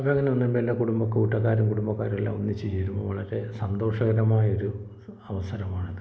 അപ്പോൾ അങ്ങനെ എൻ്റെ കുടുംബ കൂട്ടുകാരും കുടുംബക്കാരും എല്ലാം ഒന്നിച്ച് ചേരും വളരെ സന്തോഷകരമായ ഒരു അവസരമാണത്